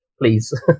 please